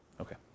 Okay